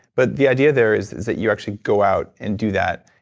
but the idea there is is that you actually go out and do that.